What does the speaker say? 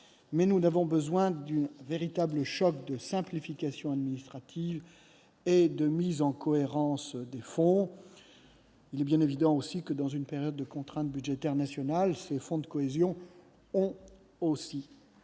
Mais nous avons besoin d'un véritable « choc » de simplification administrative et de mise en cohérence des fonds. Il est bien évident que, dans une période de contrainte budgétaire nationale, ces fonds de cohésion ont aussi,